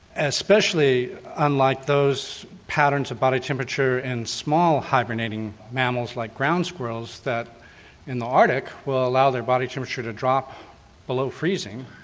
especially unlike those patterns of body temperature in and small hibernating mammals like ground squirrels that in the arctic will allow their body temperature to drop below freezing,